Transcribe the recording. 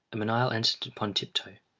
a menial entered upon tiptoe.